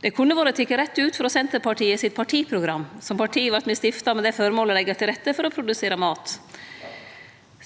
Det kunne vore teke rett ut frå Senterpartiet sitt partiprogram. Som parti vart me stifta med det føremål å leggje til rette for å produsere mat.